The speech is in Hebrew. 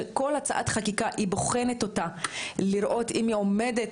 שבוחנת כל הצעת חקיקה לראות אם היא עומדת